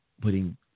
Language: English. putting